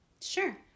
Sure